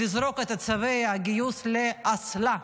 את צווי הגיוס לאסלה.